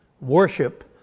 Worship